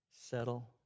settle